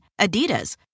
Adidas